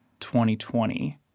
2020